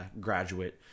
graduate